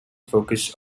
focus